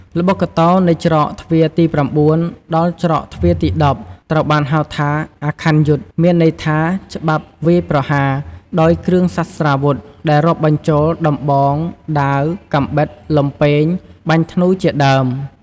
ល្បុក្កតោ នៃច្រកទ្វារទី៩ ដល់ច្រកទ្វារទី១០ ត្រូវបានហៅថា "អាខ័នយុទ្ធ" មានន័យថា ច្បាប់វាយប្រហារ ដោយគ្រឿងសាស្ត្រាវុធ ដែលរាប់បញ្ចូល ដំបង ដាវ កាំបិត លំពែង បាញ់ធ្នូរជាដើម។